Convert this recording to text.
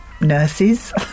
nurses